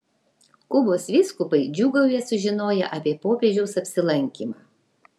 kubos vyskupai džiūgauja sužinoję apie popiežiaus apsilankymą